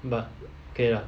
but okay lah